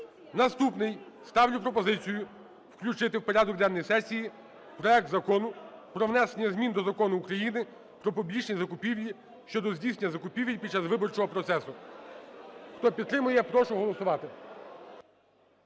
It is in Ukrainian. Наступний. Ставлю пропозицію включити в порядок денний сесії проект Закону про внесення змін до Закону України "Про публічні закупівлі" щодо здійснення закупівель під час виборчого процесу. Хто підтримує, прошу голосувати.